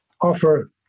offer